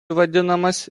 vadinamas